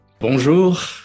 Bonjour